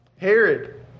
Herod